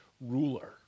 ruler